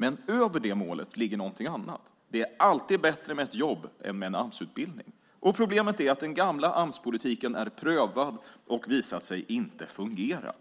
Men över det målet ligger någonting annat: Det är alltid bättre med ett jobb än med en Amsutbildning. Problemet är att den gamla Amspolitiken är prövad och har visat sig inte fungera.